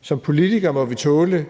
Som politikere må vi tåle